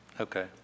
Okay